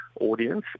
audience